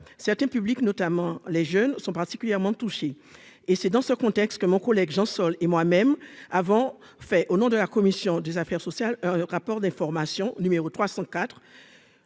certains publics, notamment les jeunes sont particulièrement touchés, et c'est dans ce contexte que mon collègue Jean Sol et moi-même avons fait au nom de la commission des affaires sociales, rapport d'information numéro 3